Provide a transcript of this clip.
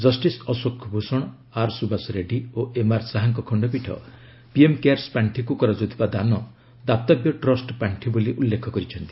justice Ashok Bhushan ଆର୍ସୁଭାଷ ରେଡ୍ଜି ଓ ଏମ୍ଆର୍ଶାହାଙ୍କ ଖଣ୍ଡପୀଠ ପିଏମ୍ କେୟାର୍ସ ପାର୍ଷିକୁ କରାଯାଉଥିବା ଦାନ ଦାତବ୍ୟ ଟ୍ରଷ୍ଟ ପାର୍ଷି ବୋଲି ଉଲ୍ଲେଖ କରିଛନ୍ତି